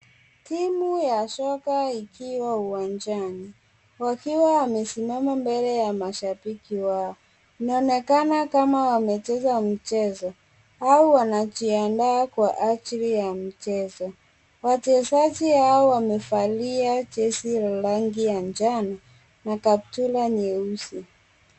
Timu ya soka ikiwa uwanjani, wakiwa wamesimama mbele ya mashabiki wao. Inaonekana kama wamecheza mchezo, au wanajiandaa kwa ajili ya mchezo. Wachezaji hao wamevalia jezi la rangi ya njano na kaptula nyeusi.